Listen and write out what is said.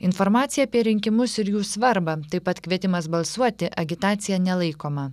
informacija apie rinkimus ir jų svarbą taip pat kvietimas balsuoti agitacija nelaikoma